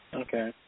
Okay